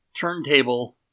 turntable